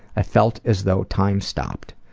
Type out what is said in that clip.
i felt as though time stopped.